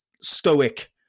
stoic